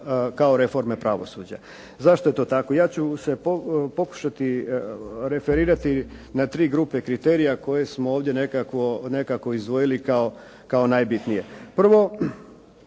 kao reforme pravosuđa. Zašto je to tako? Ja ću se pokušati referirati na tri grupe kriterija koje smo ovdje nekako izdvojili kao najbitnije.